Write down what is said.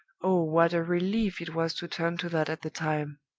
oh, what a relief it was to turn to that at the time!